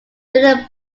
jeannie